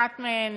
אחת מהן,